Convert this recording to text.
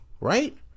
right